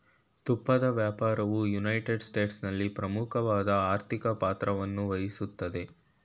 ತುಪ್ಪಳ ವ್ಯಾಪಾರವು ಯುನೈಟೆಡ್ ಸ್ಟೇಟ್ಸ್ನಲ್ಲಿ ಪ್ರಮುಖವಾದ ಆರ್ಥಿಕ ಪಾತ್ರವನ್ನುವಹಿಸ್ತದೆ